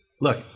Look